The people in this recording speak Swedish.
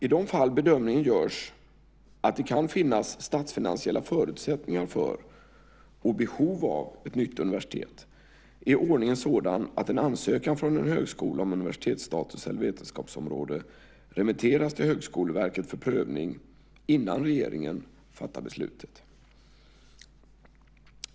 I de fall bedömningen görs att det kan finnas statsfinansiella förutsättningar för, och behov av, ett nytt universitet är ordningen sådan att en ansökan från en högskola om universitetsstatus eller vetenskapsområde remitteras till Högskoleverket för prövning innan regeringen fattar beslutet.